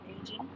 aging